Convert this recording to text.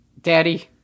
Daddy